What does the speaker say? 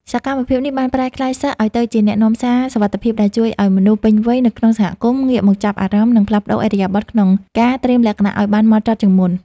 សកម្មភាពនេះបានប្រែក្លាយសិស្សឱ្យទៅជា អ្នកនាំសារសុវត្ថិភាព ដែលជួយឱ្យមនុស្សពេញវ័យនៅក្នុងសហគមន៍ ងាកមកចាប់អារម្មណ៍ និងផ្លាស់ប្តូរឥរិយាបថក្នុងការត្រៀមលក្ខណៈឱ្យបានហ្មត់ចត់ជាងមុន។